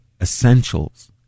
essentials